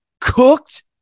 cooked